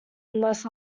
unless